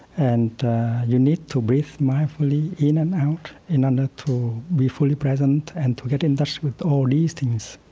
and you need to breathe mindfully in and out in order and to be fully present and to get in touch with all these things.